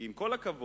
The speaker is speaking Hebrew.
כי עם כל הכבוד,